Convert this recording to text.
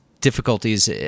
difficulties